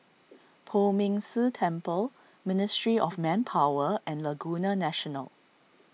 Poh Ming Tse Temple Ministry of Manpower and Laguna National